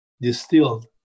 distilled